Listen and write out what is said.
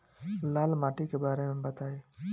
लाल माटी के बारे में बताई